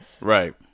Right